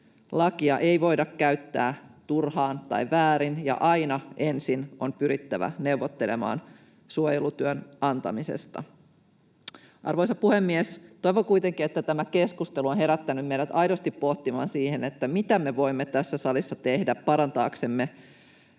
lakia ei voida käyttää turhaan tai väärin ja aina ensin on pyrittävä neuvottelemaan suojelutyön antamisesta. Arvoisa puhemies! Toivon kuitenkin, että tämä keskustelu on herättänyt meidät aidosti pohtimaan sitä, mitä me voimme tässä salissa tehdä parantaaksemme